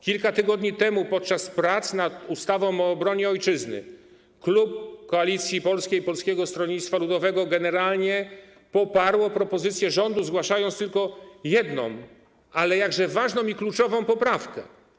Kilka tygodni temu podczas prac nad ustawą o obronie Ojczyzny klub Koalicji Polskiej - Polskiego Stronnictwa Ludowego generalnie poparł propozycje rządu, zgłaszając tylko jedną, ale jakże ważną i kluczową, poprawkę.